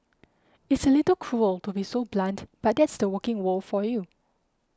it's a little cruel to be so blunt but that's the working world for you